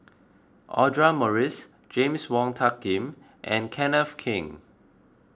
Audra Morrice James Wong Tuck Yim and Kenneth Keng